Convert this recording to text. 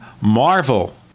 Marvel